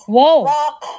rock